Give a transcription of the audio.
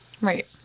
Right